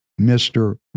Mr